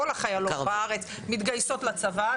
כל החיילות בארץ מתגייסות לצבא.